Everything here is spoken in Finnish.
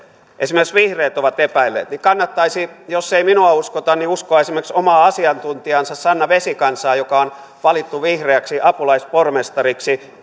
esimerkiksi vihreät ovat epäilleet niin kannattaisi jos ei minua uskota uskoa esimerkiksi omaa asiantuntijaansa sanna vesikansaa joka on valittu vihreäksi apulaispormestariksi